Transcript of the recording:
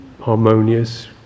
harmonious